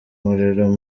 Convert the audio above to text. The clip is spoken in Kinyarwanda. umuriro